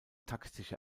taktische